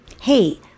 Hey